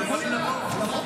הם מוכנים לבוא,